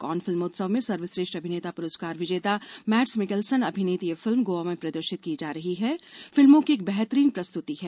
कान फिल्मोत्सव में सर्वश्रेष्ठ अभिनेता प्ररस्कार विजेता मैड्स मिकेलसन अभिनीत यह फिल्म गोवा में प्रदर्शित की जा रही फिल्मों की एक बेहतरीन प्रस्त्रति है